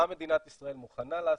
מה מדינת ישראל מוכנה לעשות,